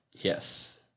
Yes